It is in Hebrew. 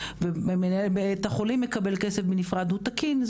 ומנהל בית החולים מקבל כסף בנפרד הוא תקין.